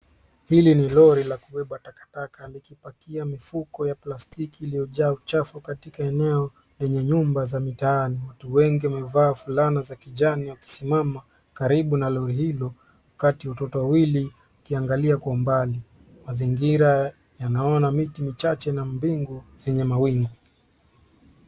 Hili ni lori la kubeba takataka likipakia mifuko ya plastiki iliyojaa uchafu katika eneo lenye nyumba za mitaani. Watu wengi wamevaa fulana za kijani wakisimama karibu na lori hilo. Kati watoto wawili wakiangalia kwa mbali. Mazingira yanaona miti michache na mbingu zenye mawingu.